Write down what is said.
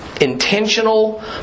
intentional